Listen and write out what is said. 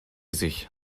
sich